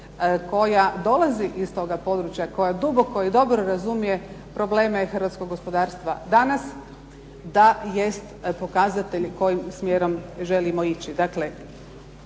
koja dolazi iz toga područja, koja duboko i dobro razumije probleme hrvatskog gospodarstva danas da jest pokazatelj kojim smjerom želimo ići.